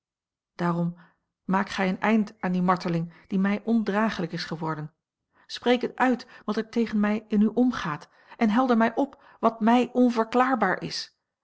daarom maak gij een eind aan die marteling die mij ondraaglijk is geworden spreek het uit wat er tegen mij in u omgaat en helder mij op wat mij onverklaarbaar is